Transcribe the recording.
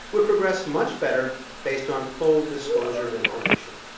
would progress much better based on full disclosure of information.